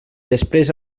després